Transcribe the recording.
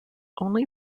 only